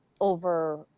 over